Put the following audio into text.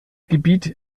gebiet